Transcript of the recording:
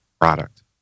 product